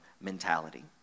mentality